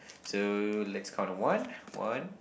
so let's count one one